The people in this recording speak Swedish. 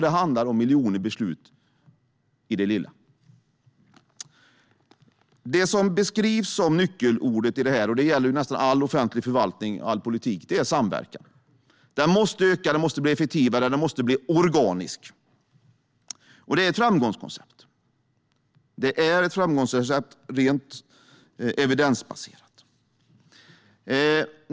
Det handlar om miljoner beslut i det lilla. Det som beskrivs som nyckelordet i detta är det som gäller i nästan all offentlig förvaltning och all politik: samverkan. Den måste öka, den måste bli effektivare och den måste bli organisk. Det är ett framgångskoncept. Det är ett framgångsrecept rent evidensbaserat.